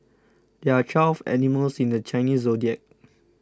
there are twelve animals in the Chinese zodiac